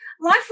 Life